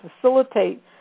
facilitate